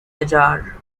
ajar